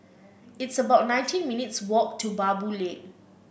it's about nineteen minutes' walk to Baboo Lane